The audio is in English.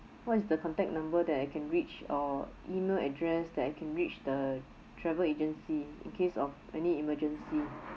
what is the contact number that I can reach or email address that I can reach the travel agency in case of any emergency